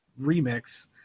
remix